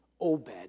Obed